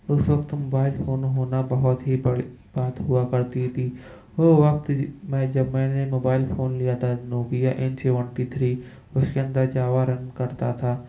اس وقت mobile phone ہونا بہت ہی بڑی بات ہوا کرتی تھی وہ وقت میں جب میں نے موبائل فون لیا تھا نوکیا این سیونٹی تھری اس کے اندر جاوا رن کرتا تھا